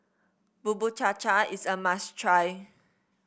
Bubur Cha Cha is a must try